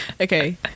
Okay